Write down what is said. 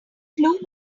flew